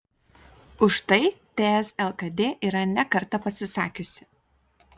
už tai ts lkd yra ne kartą pasisakiusi